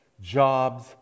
jobs